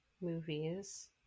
movies